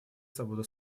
свобода